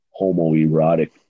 homoerotic